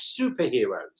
superheroes